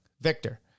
Victor